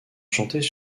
chantés